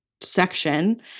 section